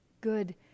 good